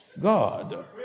God